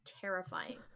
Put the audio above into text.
terrifying